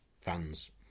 fans